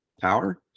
power